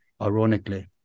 ironically